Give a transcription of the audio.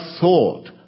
thought